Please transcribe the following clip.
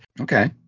Okay